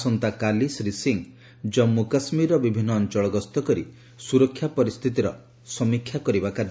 ଆସନ୍ତାକାଲି ଶ୍ରୀ ସିଂ ଜାନ୍ଥୁକାଶ୍ମୀରର ବିଭିନ୍ନ ଅଞ୍ଚଳ ଗସ୍ତ କରି ସୁରକ୍ଷା ପରିସ୍ଥିତିର ସମୀକ୍ଷା କରିବେ